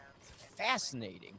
fascinating